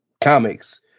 comics